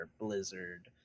blizzard